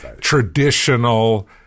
traditional